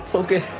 okay